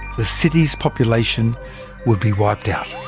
the city's population would be wiped out.